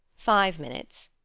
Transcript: five minutes,